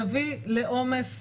יביא לעומס.